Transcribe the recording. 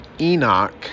Enoch